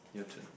your turn